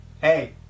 Hey